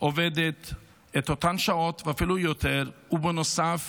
עובדת את אותן שעות ואפילו יותר, ובנוסף